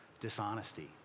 dishonesty